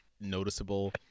noticeable